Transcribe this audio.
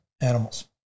animals